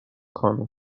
خانم